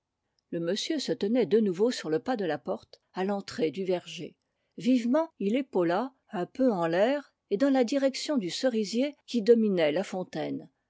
le monsieur se tenait de nouveau sur le pas de la porte à l'entrée du verger vivement il épaula un peu en l'air et dans la direction du cerisier qui dominait la fontaine